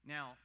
Now